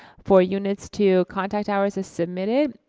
for units to contact hours as submitted.